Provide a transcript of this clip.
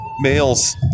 males